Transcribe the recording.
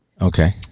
Okay